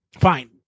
fine